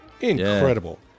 Incredible